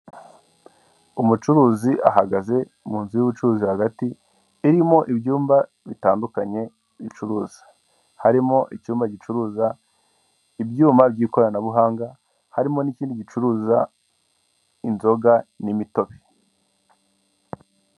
Umucuruzi ahagaze mu nzu y'ubucuruzi hagati, irimo ibyumba bitandukanye bicuruza, harimo icyumba gicuruza ibyuma by'ikoranabuhanga, harimo n'ikindi gicuruza inzoga n'imitobe.